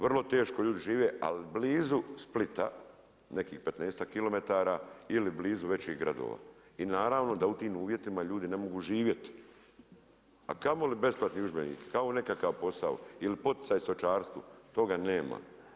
Vrlo teško ljudi žive, ali blizu Splita, nekih 15-tak kilometara ili blizu većih gradova i naravno da u tim uvjetima ljudi ne mogu živjeti, a kamo li besplatni udžbenici, kao nekakav posao ili poticaj stočarstvu, toga nema.